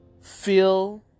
feel